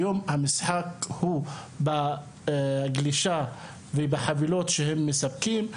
היום המשחק הוא בגלישה ובחבילות שהם מספקים.